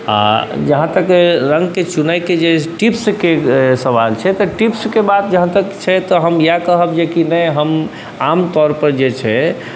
आओर जहाँ तक जे रङ्गके चुनैके जे टिप्सके सवाल छै तऽ टिप्सके बात जहाँ तक छै तऽ हम इएह कहब कि नहि हम आमतौरपर जे छै